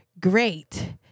great